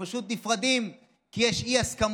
שפשוט נפרדים כי יש אי-הסכמות,